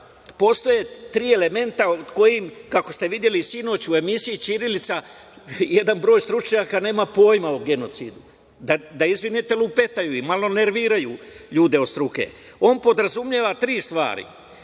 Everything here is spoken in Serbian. postoje tri elementa o kojima, kako ste videli sinoć u emisiji "Ćirilica", jedan broj stručnjaka nema pojma o genocidu, da izvinete, lupetaju i malo nerviraju ljude od struke. On podrazumeva tri stvari.